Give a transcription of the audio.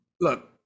look